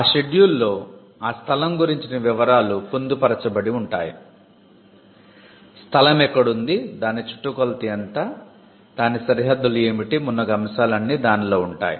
ఆ షెడ్యూల్లో ఆ స్థలం గురించిన వివరాలు పొందుపరచబడి ఉంటాయి స్థలం ఎక్కడుంది దాని చుట్టుకొలత ఎంత దాని సరిహద్దులు ఏమిటి మున్నగు అంశాలన్నీ ఉంటాయి